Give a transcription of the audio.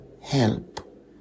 help